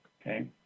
okay